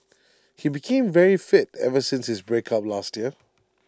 he became very fit ever since his breakup last year